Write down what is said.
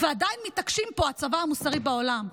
ועדיין מתעקשים פה, הצבא המוסרי בעולם".